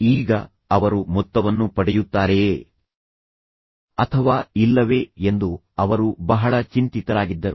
ಈಗ ಅವರು ಮೊತ್ತವನ್ನು ಪಡೆಯುತ್ತಾರೆಯೇ ಅಥವಾ ಇಲ್ಲವೇ ಎಂದು ಅವರು ಬಹಳ ಚಿಂತಿತರಾಗಿದ್ದರು